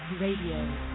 Radio